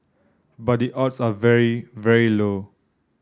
but the odds are very very low